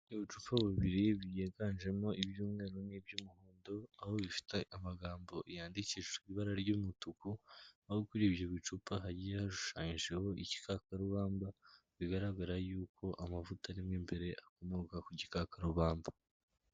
Ibicupa bibiri byiganjemo iby'umweru n'iby'umuhondo, aho bifite amagambo yandikishijwe ibara ry'umutuku, aho kuri ibyo bicupa hagiye hashushanyijeho igikakarubamba, bigaragara yuko amavuta arimo imbere akomoka ku gikakarubamba.